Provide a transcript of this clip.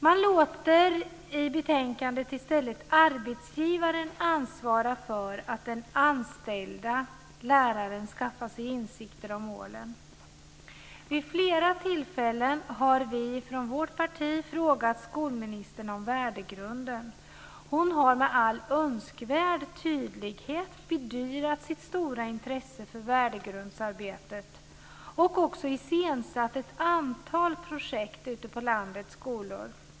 Enligt betänkandet ska man i stället låta arbetsgivaren ansvara för att den anställda läraren skaffar sig insikter om målen. Vid flera tillfällen har vi från vårt parti frågat skolministern om värdegrunden. Hon har med all önskvärd tydlighet bedyrat sitt stora intresse för värdegrundsarbetet och också iscensatt ett antal projekt ute på landets skolor.